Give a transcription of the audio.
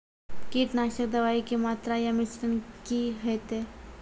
कीटनासक दवाई के मात्रा या मिश्रण की हेते?